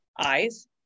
eyes